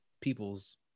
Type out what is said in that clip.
people's